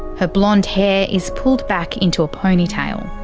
her blonde hair is pulled back into a ponytail.